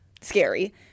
scary